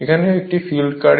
এখানে এটি field current হবে